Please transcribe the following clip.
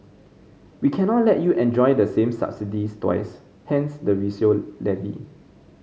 we cannot let you enjoy the same subsidies twice hence the resale levy